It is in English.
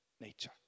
nature